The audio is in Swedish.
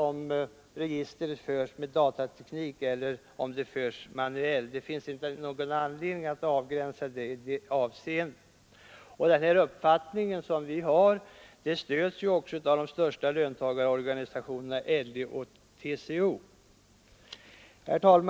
Vare sig registret förs manuellt eller med datateknik finns inte någon anledning att göra avgränsningar i det avseendet. Vår uppfattning stöds också av de största löntagarorganisationerna, LO och TCO. Herr talman!